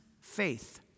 faith